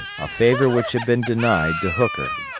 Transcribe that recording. a favor which had been denied to hooker.